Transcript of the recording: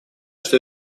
что